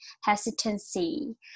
hesitancy